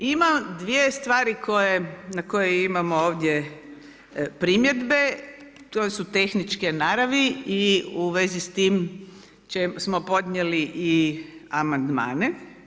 Ima dvije stvari na koje imamo ovdje primjedbe, to su tehničke naravi i u vezi s time smo podnijeli amandmane.